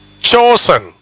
chosen